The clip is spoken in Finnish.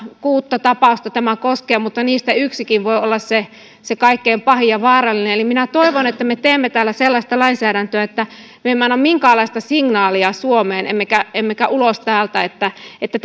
kuutta tapausta tämä koskee mutta niistä yksikin voi olla se se kaikkein pahin ja vaarallinen eli minä toivon että me teemme täällä sellaista lainsäädäntöä että me emme anna minkäänlaista signaalia suomeen emmekä emmekä ulos täältä että että